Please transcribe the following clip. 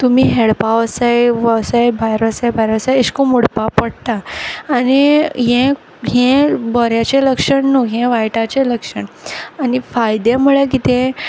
तुमी हेडपा ओसाय वोसाय वोसाय भायर ओसाय अेश कोन्न मुडपा पोट्टा आनी हें हें बोऱ्याचें लक्षण न्हू हें वायटाचें लक्षण आनी फायदे म्हुळ्यार कितें